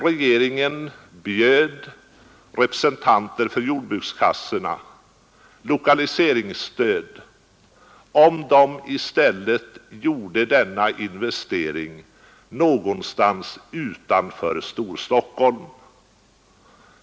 Regeringen erbjöd då representanter för jordbrukskassorna lokaliseringsstöd, om de i stället gjorde investeringen någonstans utanför Storstockholm.